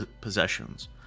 possessions